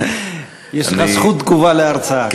יש לך זכות תגובה להרצאה.